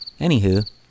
Anywho